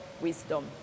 wisdom